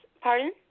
pardon